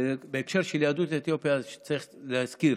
ובהקשר של יהדות אתיופיה צריך להזכיר